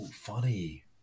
funny